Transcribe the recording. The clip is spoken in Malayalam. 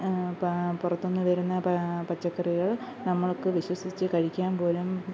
പുറത്തുനിന്ന് വരുന്ന പച്ചക്കറികൾ നമ്മൾക്ക് വിശ്വസിച്ച് കഴിയ്ക്കാൻ പോലും